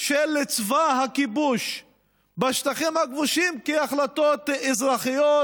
של צבא הכיבוש בשטחים הכבושים החלטות אזרחיות,